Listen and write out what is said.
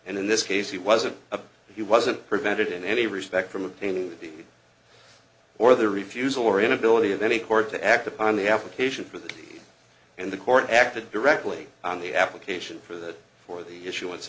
and in this case he wasn't a he wasn't prevented in any respect from obtaining or the refusal or inability of any court to act upon the application for that and the court acted directly on the application for that for the issu